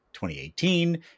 2018